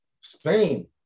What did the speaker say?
Spain